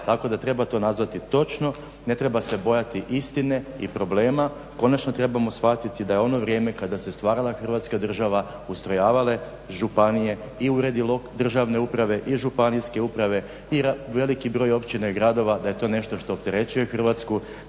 Tako da treba to nazvati točno, ne treba se bojati istine i problema, konačno trebamo shvatiti da je ono vrijeme kada se stvarala Hrvatska država, ustrojavale županije i uredi državne uprave i županijske uprave i veliki broj općina i gradova, da je to nešto što opterećuje Hrvatsku,